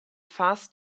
fast